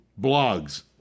Blogs